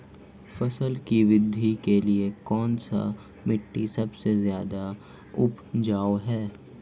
फसल की वृद्धि के लिए कौनसी मिट्टी सबसे ज्यादा उपजाऊ है?